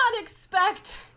expect